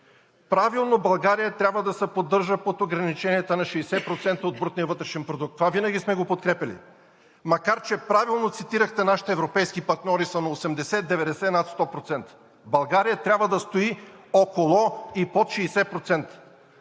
Правилно България трябва да се поддържа под ограничението на 60% от брутния вътрешен продукт – това винаги сме го подкрепяли, макар че правилно цитирахте – нашите европейски партньори са на 80 – 90 и над 100 процента. България трябва да стои около и под 60%.